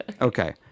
Okay